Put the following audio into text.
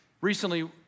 Recently